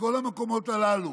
בכל המקומות הללו,